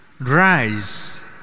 Rise